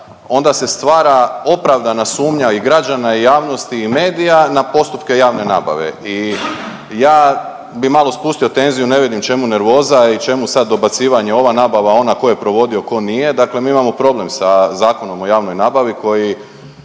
onda se stvara opravdana sumnja i građana i javnosti i medija na postupke javne nabave i ja bi malo spustio tenziju, ne vidim čemu nervoza i čemu sad dobacivanje ova nabava, ona, ko je provodio, ko nije, dakle mi imamo problem sa Zakonom o javnoj nabavi koji